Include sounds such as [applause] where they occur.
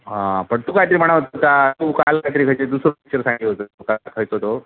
हां पण तू काहीतरी म्हणाला ता तू काल काहीतरी [unintelligible] दुसरं पिक्चर सांगतो खो तो